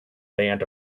band